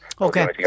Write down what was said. Okay